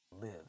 live